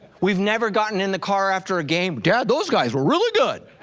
we've never gotten in the car after a game, dad those guys were really good.